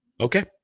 okay